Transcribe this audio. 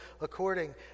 according